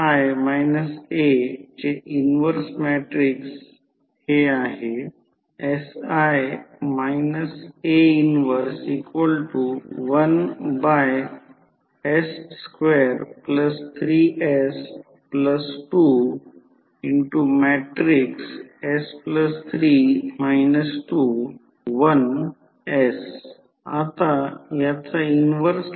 iron loss V1 I0 cos ∅0 आणि हे आणि मी सांगितले की I0 cos ∅0 जे प्रत्यक्षात Ic I0 cos ∅0 आहे याचा अर्थ हा घटक याचा अर्थ I0 cos ∅0 प्रत्यक्षात Ic याचा अर्थ V1 Ic म्हणजे टोटल कोर लॉस किंवा आयर्न लॉस